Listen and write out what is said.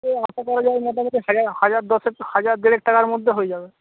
হাজার হাজার দশেক হাজার দেড়েক টাকার মধ্যে হয়ে যাবে